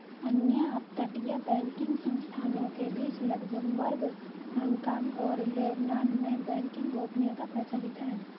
अन्य अपतटीय बैंकिंग संस्थानों के बीच लक्ज़मबर्ग, हांगकांग और लेबनान में बैंकिंग गोपनीयता प्रचलित है